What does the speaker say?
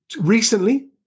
recently